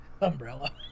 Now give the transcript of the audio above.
umbrella